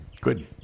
Good